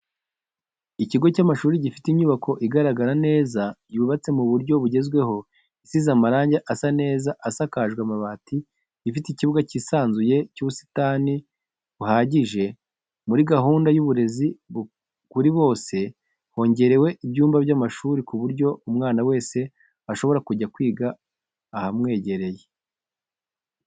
Ikigo cy'amashuri gifite inyubako igaragara neza yubatse mu buryo bugezweho isize amarange asa neza isakajwe amabati, ifite ikibuga cyisanzuye n'ubusitani buhagije, muri gahunda y'uburezi kuri bose hongerewe ibyumba by'amashuri ku buryo umwana wese ashobora kujya kwiga ahamwegereye.